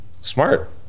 Smart